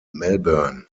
melbourne